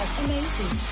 amazing